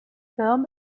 film